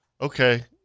okay